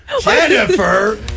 Jennifer